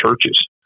churches